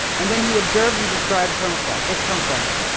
and then he observed and described permafrost. what's permafrost?